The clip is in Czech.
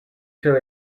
šel